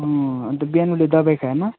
अँ अन्त बिहान उसले दबाई खाएन